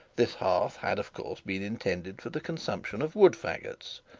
this hearth had of course been intended for the consumption of wood fagots,